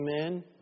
Amen